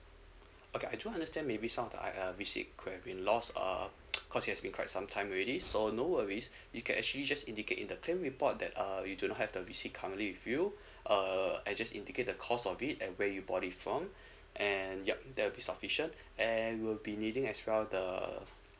okay I do understand maybe some of the it~ uh receipt had been lost uh because it's been quite some time already so no worries you can actually just indicate in the claim report that uh we do not have the receipt currently with you uh I just indicate the cost of it and where you bought it from and yup there will be sufficient and we'll be needing as well the